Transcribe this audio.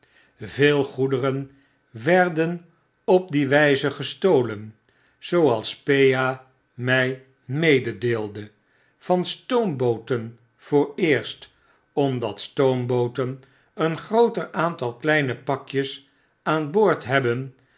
veel goederen werden op die wze gestolen zooals pea mg mededeelde van stoombooten vooreerst omdat stoombooten een grooter aantal kleine pakjes aan boord hebben